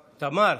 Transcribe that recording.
תמר,